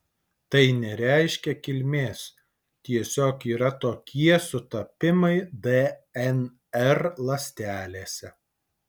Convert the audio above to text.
tai nereiškia kilmės tiesiog yra tokie sutapimai dnr ląstelėse